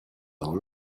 dans